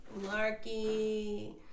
larky